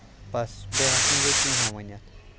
بَس بیٚیہِ ہٮ۪کہٕ نہٕ بہٕ کِہیٖنۍ ؤنِتھ